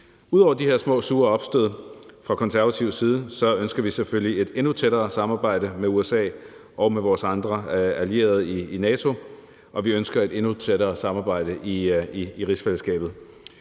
Ud over de her små sure opstød fra konservativ side ønsker vi selvfølgelig et endnu tættere samarbejde med USA og med vores andre allierede i NATO, og vi ønsker et endnu tættere samarbejde i rigsfællesskabet.